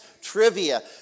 trivia